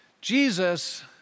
Jesus